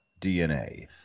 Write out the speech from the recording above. DNA